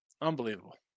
unbelievable